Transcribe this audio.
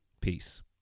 Peace